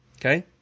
Okay